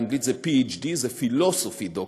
באנגלית זה .Ph.D, זה Philosophy Doctor,